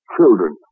Children